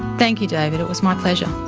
thank you, david. it was my pleasure.